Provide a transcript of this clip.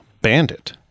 Bandit